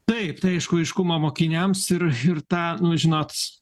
taip tai aišku aiškumą mokiniams ir tą nu žinot